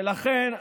ולכן,